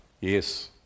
yes